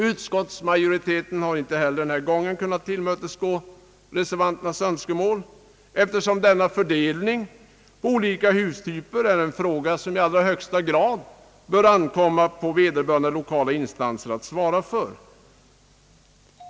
Utskottsmajoriteten har inte heller denna gång kunnat tillmötesgå reservanternas önskemål, eftersom fördelningen på olika hustyper är en fråga som i allra högsta grad bör ankomma på vederbörande lokala instanser att svara för.